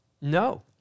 No